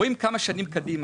רואים כמה שנים קדימה,